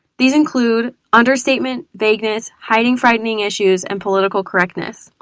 these include understatement, vagueness, hiding frightening issues, and political correctness.